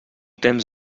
temps